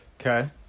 Okay